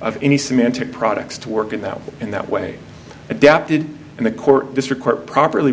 of any semantic products to work in that in that way adapted and the court district court properly